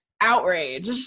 Outrage